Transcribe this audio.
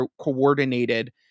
coordinated